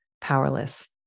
powerless